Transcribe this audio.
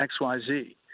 XYZ